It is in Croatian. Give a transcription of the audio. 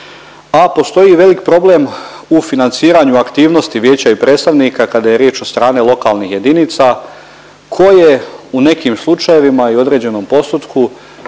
a postoji i velik problem u financiranju aktivnosti Vijeća i predstavnika kada je riječ od strane lokalnih jedinica koje u nekim slučajevima i u određenom postotku